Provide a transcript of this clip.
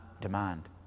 demand